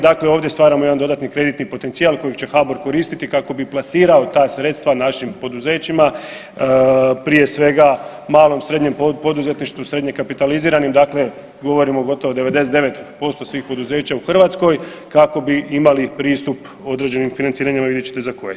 Dakle, ovdje stvaramo jedan dodatni kreditni potencijal kojeg će HBOR koristiti kako bi plasirao ta sredstva našim poduzećima prije svega malom, srednjem poduzetništvu srednje kapitaliziranim, dakle govorimo o gotovo 99% svih poduzeća u Hrvatskoj kako bi imali pristup određenim financiranjem, vidjet ćete za koje.